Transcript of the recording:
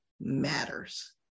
matters